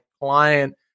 client